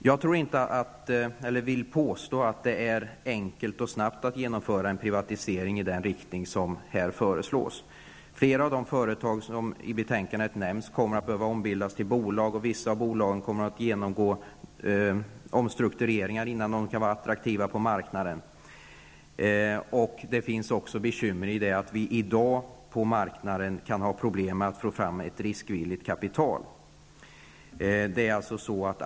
Jag vill inte påstå att det är enkelt och går snabbt att genomföra en privatisering av det slag som här föreslås. Flera av de företag som nämns i betänkandet kommer att behöva ombildas till bolag, och vissa av dem behöver genomföra omstruktureringar innan de blir attraktiva på marknaden. Det ligger också ett bekymmer i att vi på dagens marknad kan ha problem med att få fram riskvilligt kapital.